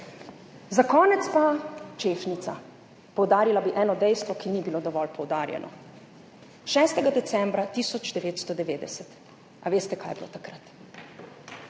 Za konec pa češnjica. Poudarila bi eno dejstvo, ki ni bilo dovolj poudarjeno. 6. decembra 1990 – veste, kaj je bilo takrat?